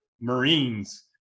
Marines